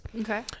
Okay